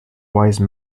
wise